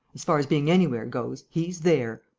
as far as being anywhere goes, he's there.